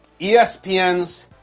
ESPN's